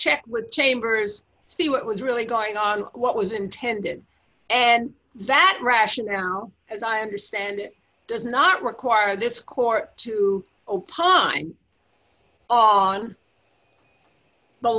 check with chambers see what was really going on what was intended and that rationale as i understand it does not require this court to opine on the